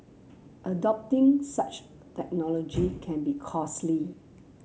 adopting such technology can be costly